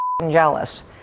jealous